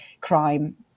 crime